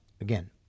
Again